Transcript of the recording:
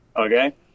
okay